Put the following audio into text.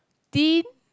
tin